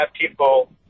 people